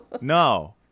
no